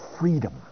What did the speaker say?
freedom